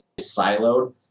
siloed